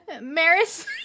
Maris